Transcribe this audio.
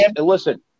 Listen